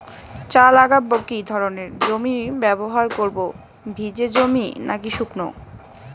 চা লাগাবো কি ধরনের জমি ব্যবহার করব ভিজে জমি নাকি শুকনো?